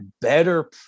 better